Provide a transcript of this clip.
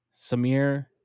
Samir